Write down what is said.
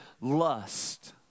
lust